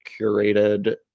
curated